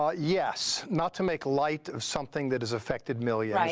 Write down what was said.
ah yes not to make light of something that has affected millions,